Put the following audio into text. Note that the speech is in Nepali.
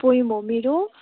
पोएम हो मेरो